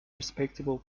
respectable